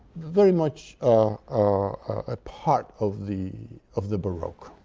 very much a part of the of the baroque.